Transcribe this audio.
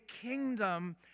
kingdom